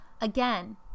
again